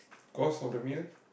cost of the meal